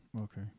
Okay